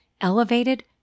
elevated